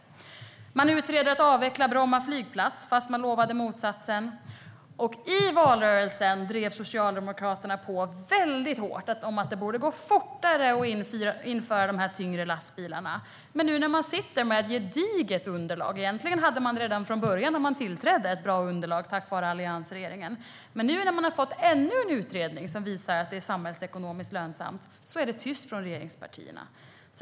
Man utreder en avveckling av Bromma flygplats fastän man lovade motsatsen, och i valrörelsen drev Socialdemokraterna på väldigt hårt om att det borde gå fortare att införa dessa tyngre lastbilar. Men nu när man sitter med ett gediget underlag - egentligen hade man tack vare alliansregeringen redan när man tillträdde ett bra underlag - som visar att det är samhällsekonomiskt lönsamt är det tyst från regeringspartierna.